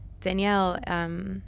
Danielle